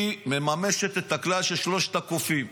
היא מממשת את הכלל של שלושת הקופים: